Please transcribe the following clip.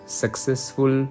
successful